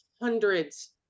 hundreds